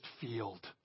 field